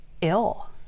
ill